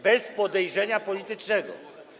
bez podejrzenia politycznego.